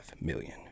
million